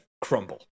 crumble